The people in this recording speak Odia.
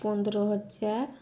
ପନ୍ଦରହଜାର